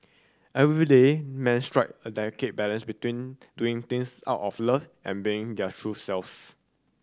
everyday men strike a delicate balance between doing things out of love and being their true selves